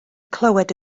clywed